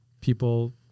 people